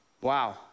Wow